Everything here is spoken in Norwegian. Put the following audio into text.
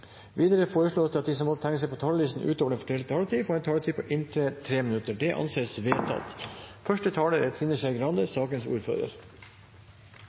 Videre foreslås det at de som måtte tegne seg på talerlisten utover den fordelte taletid, får en taletid på inntil 3 minutter. – Det anses vedtatt. Det fins veldig mange vakre steder i kongeriket Norge. Svalbard er